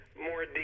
more